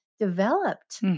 Developed